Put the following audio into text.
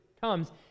comes